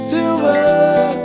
Silver